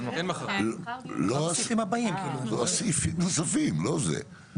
סעיפים נוספים, לא זה.